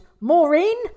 maureen